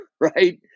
right